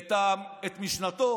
את משנתו,